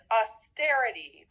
austerity